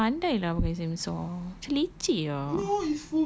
!huh! I tak pandai lah pakai samsung macam leceh ah